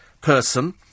person